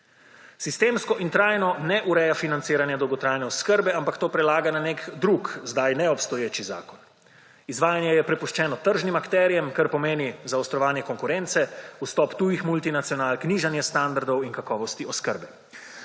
Sistemsko in trajno ne ureja financiranja dolgotrajne oskrbe, ampak to prelaga na nek drug, zdaj neobstoječi zakon. Izvajanje je prepuščeno tržnim akterjem, kar pomeni zaostrovanje konkurence, vstop tujih multinacionalk, nižanje standardov in kakovosti oskrbe.